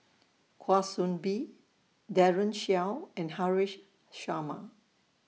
Kwa Soon Bee Daren Shiau and Haresh Sharma